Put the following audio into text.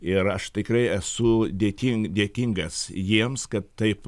ir aš tikrai esu dėking dėkingas jiems kad taip